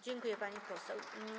Dziękuję, pani poseł.